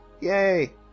yay